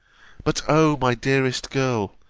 but, o my dearest girl